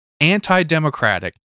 anti-democratic